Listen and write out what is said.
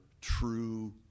true